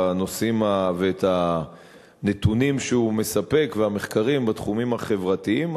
ואת הנתונים שהוא מספק ואת המחקרים בתחומים החברתיים.